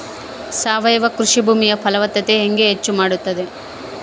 ಸಾವಯವ ಕೃಷಿ ಭೂಮಿಯ ಫಲವತ್ತತೆ ಹೆಂಗೆ ಹೆಚ್ಚು ಮಾಡುತ್ತದೆ?